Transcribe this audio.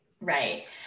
Right